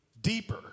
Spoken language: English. deeper